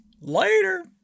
Later